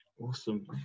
Awesome